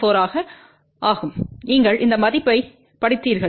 14 ஆகும் நீங்கள் இந்த மதிப்பைப் படித்தீர்கள்